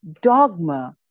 dogma